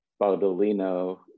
Baudolino